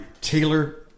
taylor